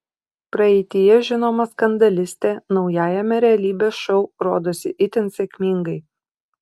praeityje žinoma skandalistė naujajame realybės šou rodosi itin sėkmingai